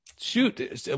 shoot